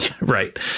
Right